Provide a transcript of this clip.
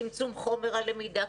צמצום חומר הלמידה,